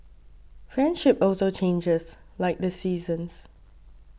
friendship also changes like the seasons